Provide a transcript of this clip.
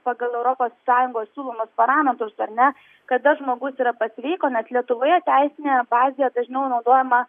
pagal europos sąjungos siūlomus parametrus ar ne kada žmogus yra pasveiko nes lietuvoje teisinėje bazėje dažniau naudojama